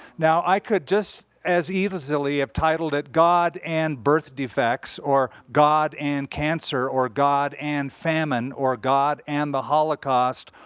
now i could just as easily have titled it god and birth defects, or god and cancer, or god and famine, or god and the holocaust,